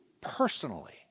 personally